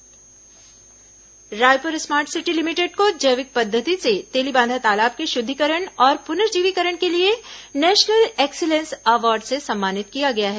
Raipur smart city पुरस्कृत Raipur smart city limited को जैविक पद्धति से तेलीबांधा तालाब के शुद्धिकरण और पुनर्जीवीकरण के लिए नेशनल एक्सीलेंस अवॉर्ड से सम्मानित किया गया है